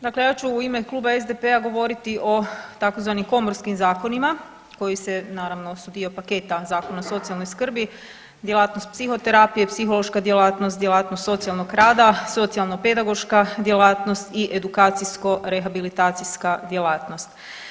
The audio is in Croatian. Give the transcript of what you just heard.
Dakle, ja ću u ime Kluba zastupnika SDP-a govoriti o tzv. komorskim zakonima, koji se naravno, dio paketa zakona o socijalnoj skrbi, djelatnost psihoterapije, psihološka djelatnost, djelatnost socijalnog rada, socijalno-pedagoška djelatnost i edukacijsko-rehabilitacijska djelatnost.